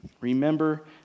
Remember